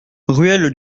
ruelle